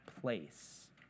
place